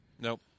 Nope